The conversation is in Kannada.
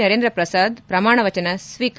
ನರೇಂದ್ರ ಪ್ರಸಾದ್ ಪ್ರಮಾಣ ವಚನ ಸ್ವೀಕಾರ